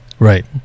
Right